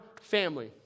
family